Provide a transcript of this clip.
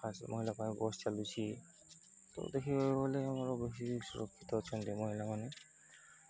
first ମହିଳାମାନଙ୍କ ପାଇଁ bus ଚାଲୁଛି ତ ଦେଖିବାକୁ ଗଲେ ଆମର ବେଶୀ ସୁରକ୍ଷିତ ଅଛନ୍ତି ମହିଳାମାନେ